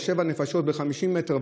או שבע נפשות ב-50 מטר,